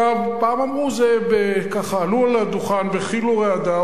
פעם עלו על הדוכן בחיל ורעדה,